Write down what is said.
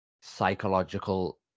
psychological